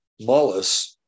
Mullis